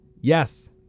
yes